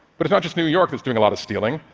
but it's not just new york that's doing a lot of stealing,